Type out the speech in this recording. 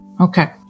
Okay